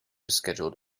scheduled